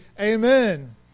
amen